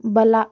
ಬಲ